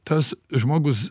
tas žmogus